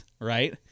right